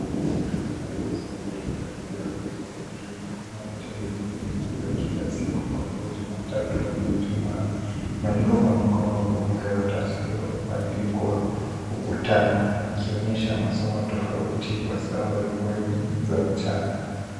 Ni ratiba ya masomo ya shule ya Thika Road Christain Junour. Inaonyesha vipindi vya kila siku kuanzia Jumatatu hadi Ijumaa. Imeandikwa kwa mkono kwenye karatasi hiyo iyobandikwa ukutani, ikionyesha masomo tofauti kwa saa mbalimbali za mchana.